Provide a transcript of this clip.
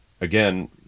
again